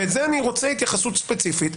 ועל זה אני רוצה התייחסות ספציפית,